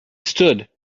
stood